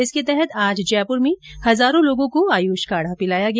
इसके तहत आज जयपुर में हजारों लोगों को आयुष काढा पिलाया गया